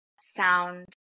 sound